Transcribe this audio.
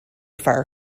fire